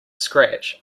scratch